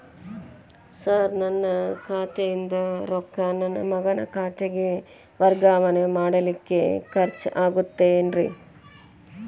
Sir ನನ್ನ ಖಾತೆಯಿಂದ ರೊಕ್ಕ ನನ್ನ ಮಗನ ಖಾತೆಗೆ ವರ್ಗಾವಣೆ ಮಾಡಲಿಕ್ಕೆ ಖರ್ಚ್ ಆಗುತ್ತೇನ್ರಿ?